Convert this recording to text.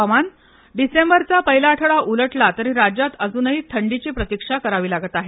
हवामान डिसेंबरचा पहिला आठवडा उलटला तरी राज्यात अजूनही थंडीची प्रतीक्षाच करावी लागत आहे